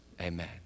Amen